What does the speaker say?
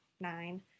nine